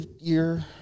year